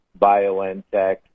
BioNTech